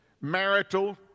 marital